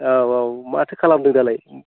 औ औ माथो खालामदों दालाय